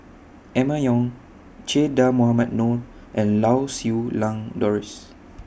Emma Yong Che Dah Mohamed Noor and Lau Siew Lang Doris